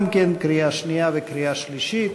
גם כן לקריאה שנייה וקריאה שלישית.